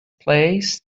place